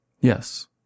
Yes